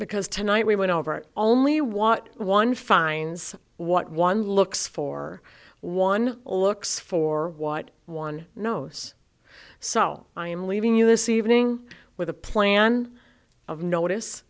because tonight we went over only want one finds what one looks for one or looks for what one knows so i am leaving you this evening with a plan of notice